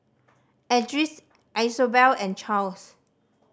Edris Isobel and Charles